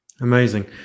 Amazing